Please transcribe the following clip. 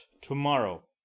tomorrow